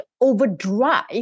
overdrive